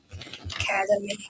Academy